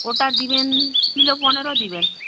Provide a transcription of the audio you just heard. ওটা দেবেন কিলো পনেরো দেবেন